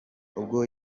ubwo